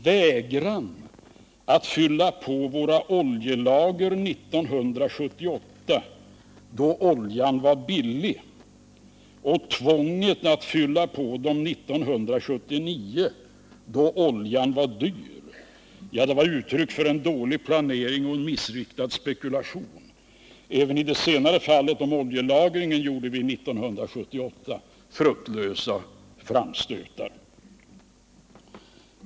Vägran att fylla på våra oljelager 1978, då oljan var billig, och tvånget att fylla på dem 1979, då den var dyr, var uttryck för en dålig planering och en missriktad spekulation. Även beträffande oljelagringen gjorde vi fruktlösa framstötar år 1978.